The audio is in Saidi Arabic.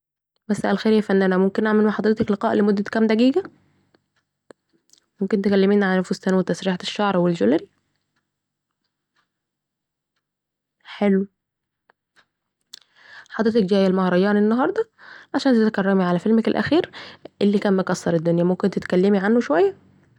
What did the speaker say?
مساء الخير يا فنانه ، ممكن اعمل نع حضرتك لقاء لمدة كام دقيقه ،ممكن تكلمينا عن الفستان و تسريحة الشعر و الجولاري.... حلو ...،حضرتك جايه المهرجان انهارده علشان تتكرمي عن فيلمك الاخير الي كان مكسر الدنيا ممكن تتكلمي عنه شوية